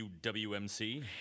UWMC